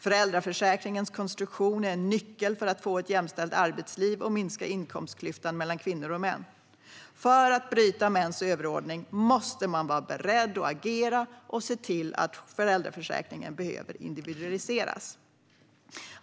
Föräldraförsäkringens konstruktion är en nyckel för att få ett jämställt arbetsliv och minska inkomstklyftan mellan kvinnor och män. För att bryta mäns överordning måste man vara beredd att agera och se till att föräldraförsäkringen individualiseras.